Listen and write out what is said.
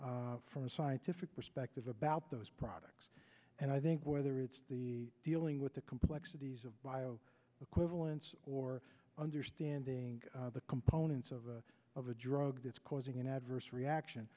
insight from a scientific perspective about those products and i think whether it's the dealing with the complexities of bio equivalence or understanding the components of a of a drug that's causing an adverse reaction